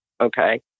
Okay